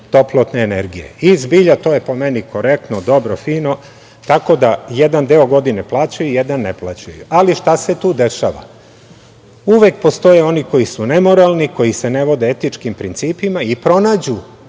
toplotne energije i zbilja to je pom meni korektno, dobro, fino tako da jedan deo godine plaćaju, jedan ne plaćaju. Ali, šta se tu dešava. Uvek postoje oni koji su nemoralni, koji se ne vode etičkim principima i pronađu